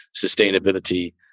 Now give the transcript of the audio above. sustainability